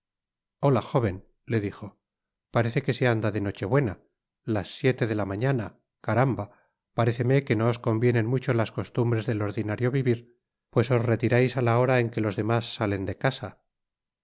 hoia jóven le dijo parece que se anda de noche buena las siete de la mañana caramba paréceme que no os convienen mucho las costumbres del ordinario vivir pues os retirais á la ñora en que los demás salen de casa